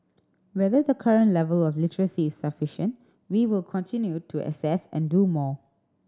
whether the current level of literacy is sufficient we will continue to assess and do more